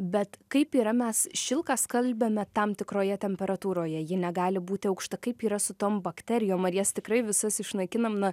bet kaip yra mes šilką skalbiame tam tikroje temperatūroje ji negali būti aukšta kaip yra su tom bakterijom ar jas tikrai visas išnaikinam na